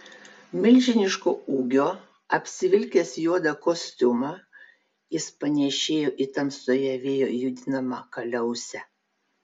milžiniško ūgio apsivilkęs juodą kostiumą jis panėšėjo į tamsoje vėjo judinamą kaliausę